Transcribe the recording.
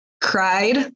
cried